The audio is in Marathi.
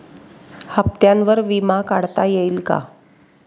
हप्त्यांवर विमा काढता येईल का?